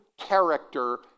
character